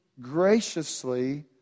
graciously